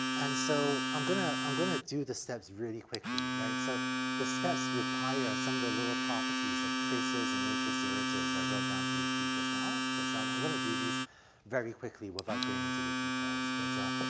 and so i'm gonna, i'm gonna do the steps really quickly, right. so the steps require some of the little properties of traces and matrix derivatives i wrote down briefly just now. but so i'm gonna do these very quickly without getting into the details, but, ah,